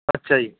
ਅੱਛਾ ਜੀ